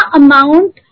amount